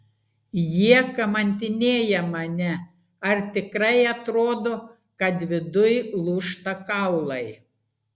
jie kamantinėja mane ar tikrai atrodo kad viduj lūžta kaulai